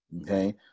okay